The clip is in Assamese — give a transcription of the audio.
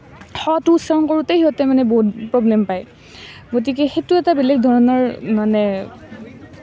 সটো উচ্চাৰণ কৰোঁতেই মানে সিহঁতে প্ৰব্লেম পায় তেতিয়া সেইটো এটা বেলেগ ধৰণৰ মানে